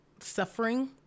suffering